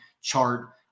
chart